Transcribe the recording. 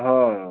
हाँ